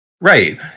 Right